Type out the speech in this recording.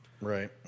Right